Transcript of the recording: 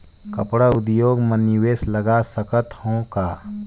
कपड़ा उद्योग म निवेश लगा सकत हो का?